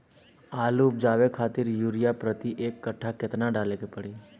आलू उपजावे खातिर यूरिया प्रति एक कट्ठा केतना डाले के पड़ी?